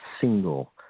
single